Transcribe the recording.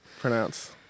Pronounce